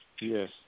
Yes